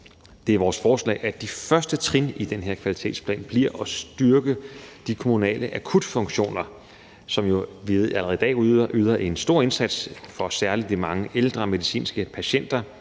Det er vores forslag, at de første trin i den her kvalitetsplan bliver at styrke de kommunale akutfunktioner, som vi jo ved allerede i dag yder en stor indsats for særlig de mange ældre medicinske patienter.